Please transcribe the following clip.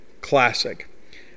classic